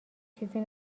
چیزی